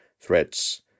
threads